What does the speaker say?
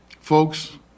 folks